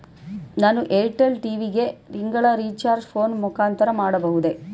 ನಾನು Airtel TV ಗೆ ತಿಂಗಳ ರಿಚಾರ್ಜ್ ಫೋನ್ ಮುಖಾಂತರ ಮಾಡಬಹುದೇ?